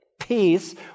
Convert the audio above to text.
peace